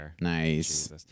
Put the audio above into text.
Nice